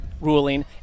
ruling